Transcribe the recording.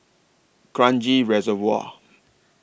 Kranji Reservoir